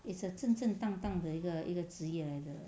it's a 真正当当的一个一个职业来的